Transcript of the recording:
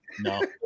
No